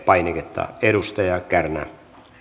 painiketta edustaja kärnä